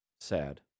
sad